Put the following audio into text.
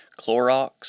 Clorox